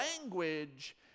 language